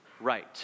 right